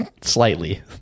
slightly